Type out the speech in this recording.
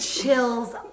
chills